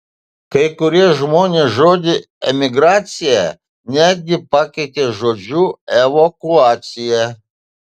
kai kurie žmonės žodį emigracija netgi pakeitė žodžiu evakuacija